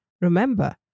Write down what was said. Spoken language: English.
remember